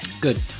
Good